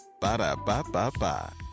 Ba-da-ba-ba-ba